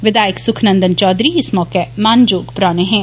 विधायक सुखनन्दन चौधरी इस मौके मानजोग परौह्ने हे